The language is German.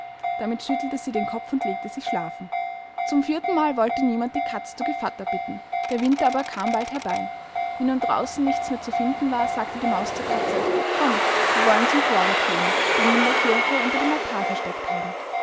damit schüttelte sie den kopf und legte sich schlafen zum viertenmal wollte niemand die katze zu gevatter bitten der winter aber kam bald herbei wie nun draußen nichts mehr zu finden war sagte die maus zur katze komm wir wollen zum vorrath gehen den wir in der kirche unter dem altar versteckt haben